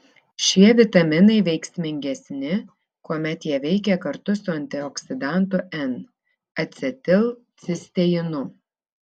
šie vitaminai veiksmingesni kuomet jie veikia kartu su antioksidantu n acetilcisteinu